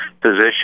position